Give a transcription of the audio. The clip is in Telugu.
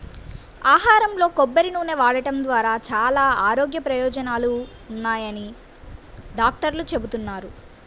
ఆహారంలో కొబ్బరి నూనె వాడటం ద్వారా చాలా ఆరోగ్య ప్రయోజనాలున్నాయని డాక్టర్లు చెబుతున్నారు